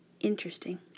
Interesting